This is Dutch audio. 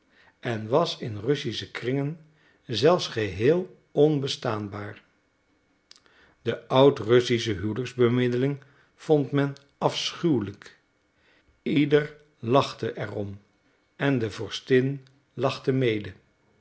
en was in russische kringen zelfs geheel onbestaanbaar de oud russische huwelijksbemiddeling vond men afschuwelijk ieder lachte er om en de vorstin lachte mede